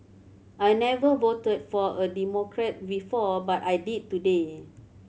I never voted for a Democrat before but I did today